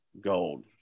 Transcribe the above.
gold